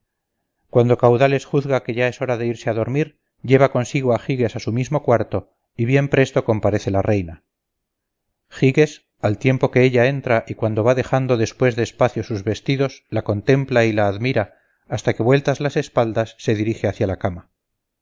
cuando candaules juzga que ya es hora de irse a dormir lleva consigo a giges a su mismo cuarto y bien presto comparece la reina giges al tiempo que ella entra y cuando va dejando después despacio sus vestidos la contempla y la admira hasta que vueltas las espaldas se dirige hacia la cama